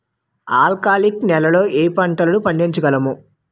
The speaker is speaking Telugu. ఆల్కాలిక్ నెలలో ఏ పంటలు పండించగలము?